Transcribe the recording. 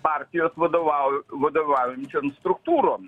partijos vadovau vadovaujančiom struktūrom